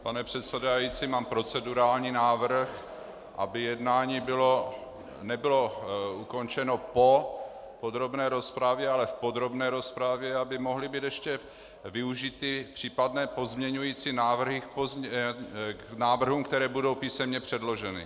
Pane předsedající, já mám procedurální návrh, aby jednání nebylo ukončeno po podrobné rozpravě, ale v podrobné rozpravě, aby mohly být ještě využity případné pozměňující návrhy k návrhům, které budou písemně předloženy.